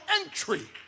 entry